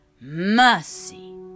mercy